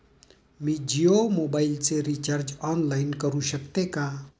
मी जियो मोबाइलचे recharge online करू शकते का?